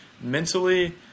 mentally